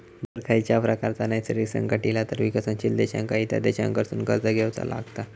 जर खंयच्याव प्रकारचा नैसर्गिक संकट इला तर विकसनशील देशांका इतर देशांकडसून कर्ज घेवचा लागता